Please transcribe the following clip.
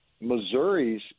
missouri's